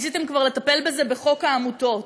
ניסיתם כבר לטפל בזה בחוק העמותות.